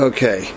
Okay